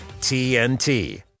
TNT